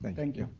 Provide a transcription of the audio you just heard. thank you.